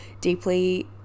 deeply